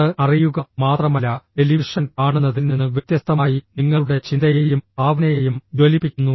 അത് അറിയുക മാത്രമല്ല ടെലിവിഷൻ കാണുന്നതിൽ നിന്ന് വ്യത്യസ്തമായി നിങ്ങളുടെ ചിന്തയെയും ഭാവനയെയും ജ്വലിപ്പിക്കുന്നു